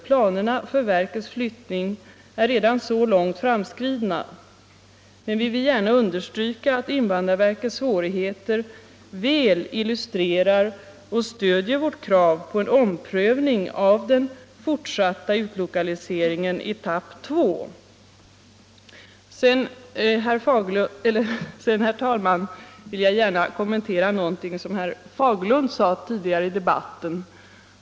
Planerna för verkets flyttning är redan långt framskridna, men vi vill gärna understryka att invandrarverkets svårigheter väl illustrerar och stödjer vårt krav på en omprövning av den fortsatta utlokaliseringen i etapp 2. Sedan, herr talman, vill jag gärna kommentera någonting som herr Fagerlund sade tidigare i debatten.